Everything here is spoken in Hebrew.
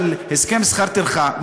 של הסכם שכר טרחה,